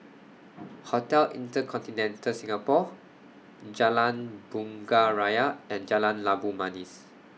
Hotel InterContinental Singapore Jalan Bunga Raya and Jalan Labu Manis